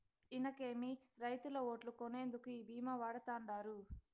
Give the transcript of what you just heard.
ఇనకేమి, రైతుల ఓట్లు కొనేందుకు ఈ భీమా వాడతండాడు